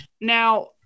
now